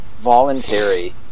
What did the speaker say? voluntary